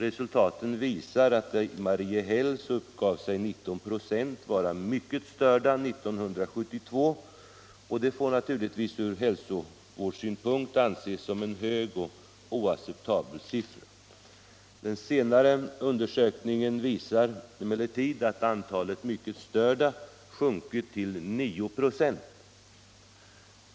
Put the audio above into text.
Resultaten visar att i Mariehäll uppgav sig 19 96 vara ”mycket störda” 1972. Detta får naturligtvis från hälsovårdssynpunkt anses som en hög och oacceptabel siffra. Den senare delen av undersökningen visar emellertid att antalet ”mycket törda” sjunkit till 9 96.